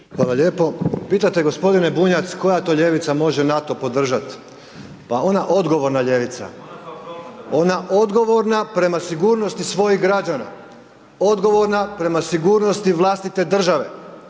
Hvala lijepo. Pitate g. Bunjac, koja to ljevica može NATO podržati. Pa ona odgovorna ljevica, ona odgovorna prema sigurnosti svojih građana. Odgovorna prema sigurnosti vlastite države.